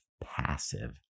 passive